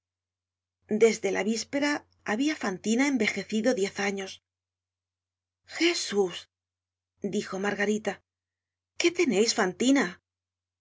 desde la víspera habia fantina envejecido diez años jesús dijo margarita qué teneis fantina